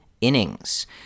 innings